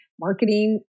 marketing